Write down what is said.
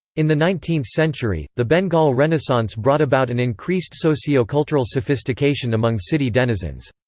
in the nineteenth century, the bengal renaissance brought about an increased sociocultural sophistication among city denizens.